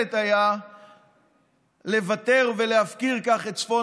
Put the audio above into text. שבאיוולת היה לוותר ולהפקיר כך את צפון